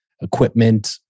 equipment